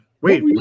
Wait